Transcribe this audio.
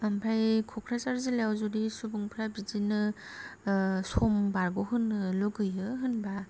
आमफाय क'क्राझार जिल्लायाव जुदि सुबुंफ्रा बिदिनो सम बारग'होनो लुगैयो होनबा